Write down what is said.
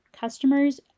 customers